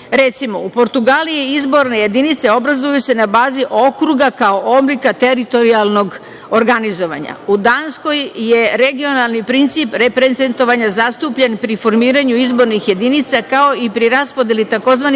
okolini. Recimo, u Portugaliji izborne jedinice obrazuju se na bazi okruga, kao oblika teritorijalnog organizovanja. U Danskoj je regionalni princip reprezentovanja zastupljen pri formiranju izbornih jedinica, kao i pri raspodeli tzv.